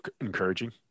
encouraging